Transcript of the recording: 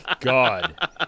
God